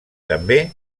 també